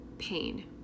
pain